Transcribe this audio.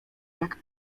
jak